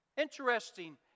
Interesting